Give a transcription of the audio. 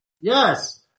Yes